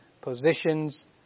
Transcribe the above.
positions